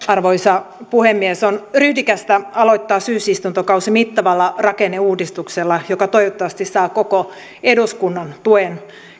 arvoisa puhemies on ryhdikästä aloittaa syysistuntokausi mittavalla rakenneuudistuksella joka toivottavasti saa koko eduskunnan tuen